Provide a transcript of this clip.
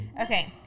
Okay